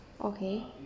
okay